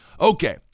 Okay